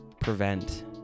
prevent